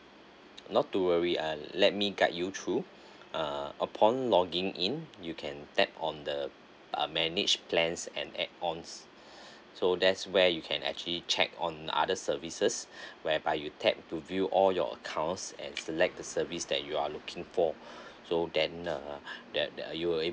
not to worry uh let me guide you through uh upon logging in you can tap on the uh manage plans and add ons so that's where you can actually check on other services whereby you tap to view all your accounts and select the service that you are looking for so then uh that you are